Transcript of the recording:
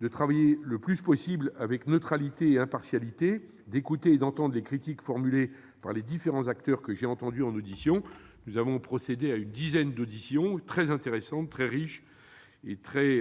de travailler autant que possible avec neutralité et impartialité, d'écouter et d'entendre les critiques formulées par les différents acteurs que j'ai auditionnés. Nous avons procédé à une dizaine d'auditions, très intéressantes, très riches et très